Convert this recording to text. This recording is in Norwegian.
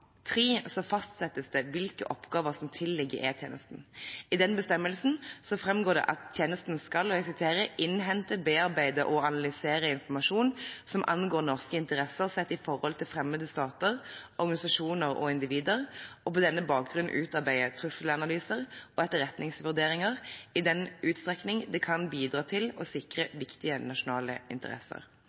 bestemmelsen framgår det at tjenesten skal «innhente, bearbeide og analysere informasjon som angår norske interesser sett i forhold til fremmede stater, organisasjoner og individer, og på denne bakgrunn utarbeide trusselanalyser og etterretningsvurderinger, i den utstrekning det kan bidra til å sikre viktige nasjonale interesser».